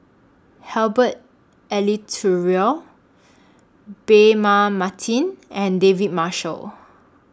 Herbert Eleuterio Braema Mathi and David Marshall